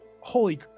holy